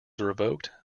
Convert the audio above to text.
revoked